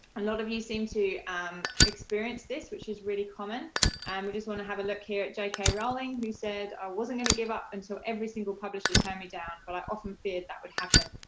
a lot of you seem to um experience this, which is really common. we just wanna have a look here at j k. rowling, who said, i wasn't going to give up until every single publisher turned me down, but i often feared that would happen.